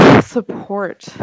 support